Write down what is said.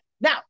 Now